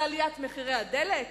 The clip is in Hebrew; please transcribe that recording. על עליית מחירי הדלק?